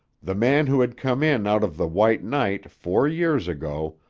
the man who had come in out of the white night, four years ago,